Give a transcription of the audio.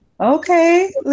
Okay